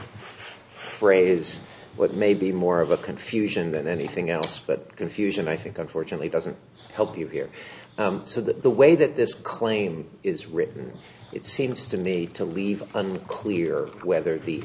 phrase what may be more of a confusion than anything else but confusion i think unfortunately doesn't help you here so that the way that this claim is written it seems to me to leave unclear whether the